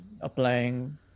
applying